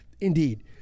Indeed